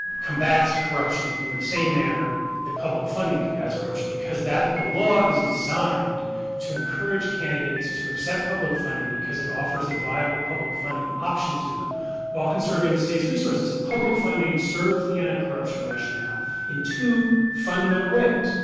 combats corruption in the same manner that public funding combats corruption, because that the law is designed to encourage candidates to accept public funding because it offers a viable public funding option to them while conserving state's resources. and public funding serves the anticorruption rationale in two fundamental ways.